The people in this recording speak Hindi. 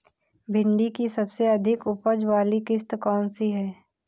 भिंडी की सबसे अच्छी उपज वाली किश्त कौन सी है?